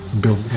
build